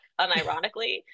unironically